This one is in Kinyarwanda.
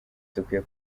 dukwiye